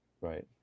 Right